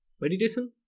Meditation